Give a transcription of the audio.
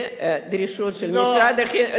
זה דרישות של משרד החינוך,